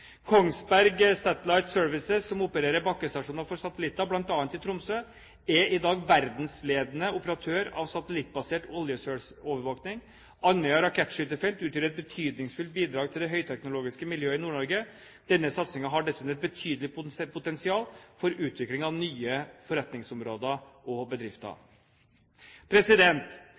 Kongsberg Satellite Services, som opererer bakkestasjoner for satellitter, bl.a. i Tromsø, er i dag verdensledende operatør av satellittbasert oljesølsovervåking. Andøya Rakettskytefelt utgjør et betydningsfullt bidrag til det høyteknologiske miljøet i Nord-Norge. Denne satsingen har dessuten et betydelig potensial for utvikling av nye forretningsområder og